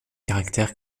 caractères